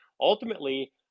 ultimately